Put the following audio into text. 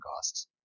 costs